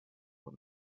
کنه